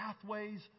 pathways